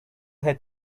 had